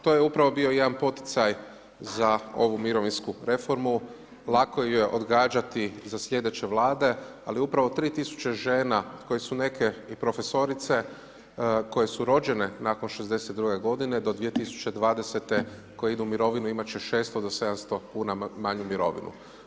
To je upravo bio jedan poticaj za ovu mirovinsku reformu, lako ju je odgađati za sljedeće vlade, ali upravo 3000 žena koje su neke i profesorice, koje su rođene nakon '62. g. do 2020. koje idu u mirovinu imati će 600-700 kn manju mirovinu.